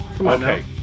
Okay